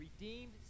redeemed